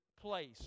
place